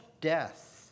death